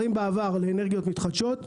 בעבר, הייתה ועדת שרים לאנרגיות מתחדשות.